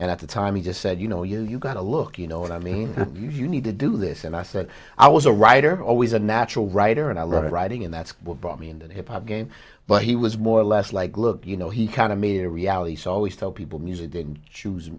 and at the time he just said you know you gotta look you know i mean you need to do this and i said i was a writer always a natural writer and i love writing and that's what brought me in that hip hop game but he was more or less like look you know he kind of made a reality show always tell people music didn't choose